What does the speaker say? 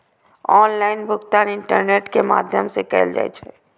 online भुगतान internet के माध्यम सं कैल जाइ छै